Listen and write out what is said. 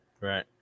Right